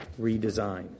redesign